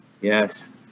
Yes